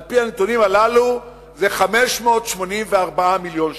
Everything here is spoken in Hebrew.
על-פי הנתונים הללו, זה 584 מיליון שקלים.